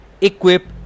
equip